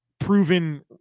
proven